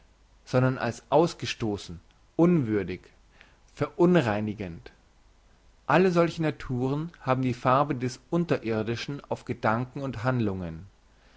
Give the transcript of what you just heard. sondern als ausgestossen unwürdig verunreinigend alle solche naturen haben die farbe des unterirdischen auf gedanken und handlungen